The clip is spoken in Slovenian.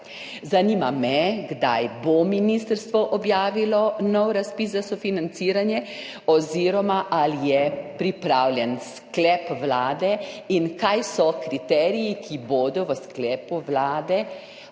Zanima me: Kdaj bo ministrstvo objavilo nov razpis za sofinanciranje? Ali je pripravljen sklep Vlade in kateri so kriteriji, ki bodo v sklepu Vlade